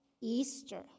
Easter